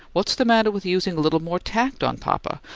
what's the matter with using a little more tact on papa?